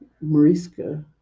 Mariska